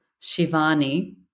Shivani